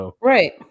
Right